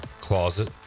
closet